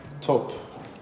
top